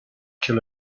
kill